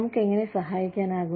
നമുക്ക് എങ്ങനെ സഹായിക്കാനാകും